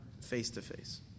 face-to-face